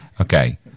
Okay